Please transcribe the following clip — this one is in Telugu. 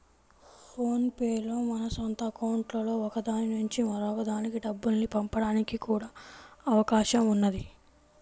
ఫోన్ పే లో మన సొంత అకౌంట్లలో ఒక దాని నుంచి మరొక దానికి డబ్బుల్ని పంపడానికి కూడా అవకాశం ఉన్నది